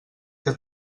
que